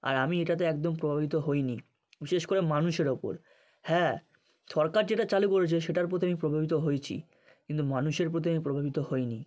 আর আমি এটাতে একদম প্রভাবিত হইনি বিশেষ করে মানুষের ওপর হ্যাঁ সরকার যেটা চালু করেছে সেটার প্রতি আমি প্রভাবিত হয়েছি কিন্তু মানুষের প্রতি আমি প্রভাবিত হইনি